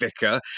vicar